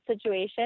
situation